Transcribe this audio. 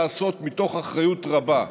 לעשות מתוך אחריות רבה.